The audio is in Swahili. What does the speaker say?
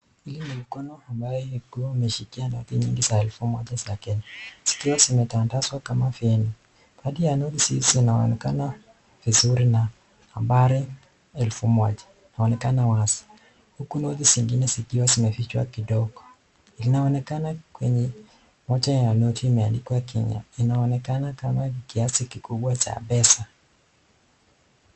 Hili ni mkono ambao uko umeshikia noti nyingi za shilingi 1000 za Kenya zikiwa zimetandazwa kama feni. Baadhi ya noti hizo zinaonekana vizuri na habari ya shilingi 1000 inaonekana wazi. Huku noti zingine zikiwa zimefichwa kidogo. Ilionaonekana kwenye moja ya noti imeandikwa Kenya inaonekana kama kiasi kikubwa cha pesa.